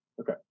Okay